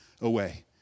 away